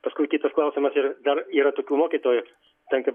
paskui kitas klausimas ir dar yra tokių mokytojų ten kaip